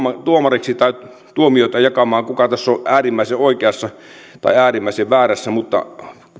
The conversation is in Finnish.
tuomariksi tai tuomioita jakamaan kuka tässä on äärimmäisen oikeassa tai äärimmäisen väärässä mutta